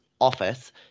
office